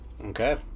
okay